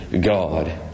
God